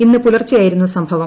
ഇന്ന് പുലർച്ചെയായിരുന്നു സംഭവം